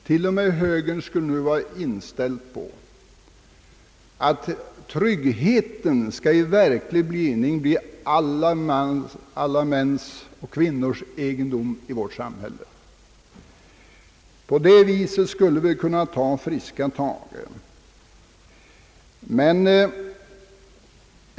Till och med högern skulle nu vara inställd på att tryggheten skall i verklig mening komma alla medborgare till del. På det viset skulle vi kunna ta friska tag.